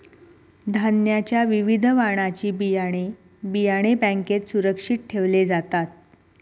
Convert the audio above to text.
धान्याच्या विविध वाणाची बियाणे, बियाणे बँकेत सुरक्षित ठेवले जातात